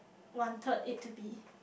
wanted it to be